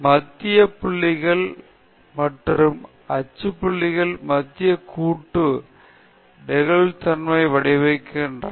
மத்திய புள்ளிகள் மற்றும் அச்சு புள்ளிகள் மத்திய கூட்டு நெகிழ்வுத்தன்மையான வடிவமைப்புக்கு பங்களிக்கின்றன